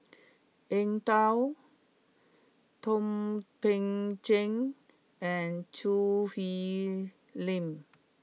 Eng Tow Thum Ping Tjin and Choo Hwee Lim